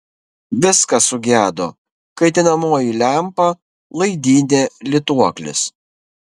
viskas sugedo kaitinamoji lempa laidynė lituoklis